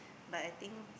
but I think